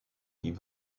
die